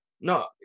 No